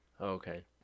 Okay